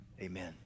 amen